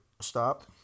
Stop